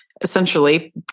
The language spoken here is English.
essentially